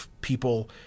people